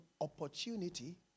opportunity